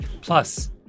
Plus